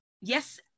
Yes